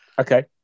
Okay